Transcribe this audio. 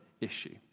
issue